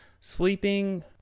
Sleeping